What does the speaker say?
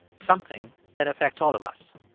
something that affects all of us.